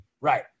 Right